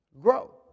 grow